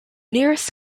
nearest